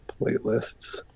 playlists